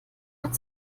hat